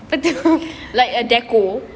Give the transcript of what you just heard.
like a deco